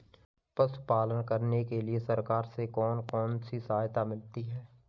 पशु पालन करने के लिए सरकार से कौन कौन सी सहायता मिलती है